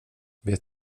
vet